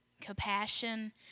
compassion